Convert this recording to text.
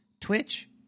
Twitch